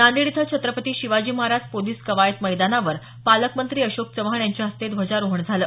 नांदेड इथं छत्रपती शिवाजी महाराज पोलिस कवायत मैदानावर पालकमंत्री अशोक चव्हाण यांच्या हस्ते ध्वजारोहण झालं